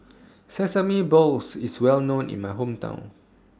Sesame Balls IS Well known in My Hometown